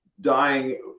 dying